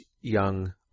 young